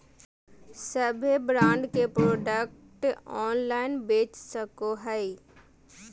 सभे ब्रांड के product online बेच सको हइ